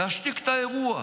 להשתיק את האירוע.